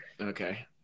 Okay